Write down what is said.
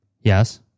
Yes